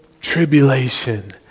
tribulation